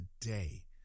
today